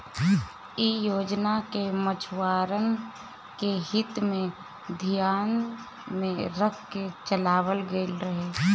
इ योजना के मछुआरन के हित के धियान में रख के चलावल गईल रहे